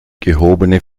gehobene